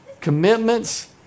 commitments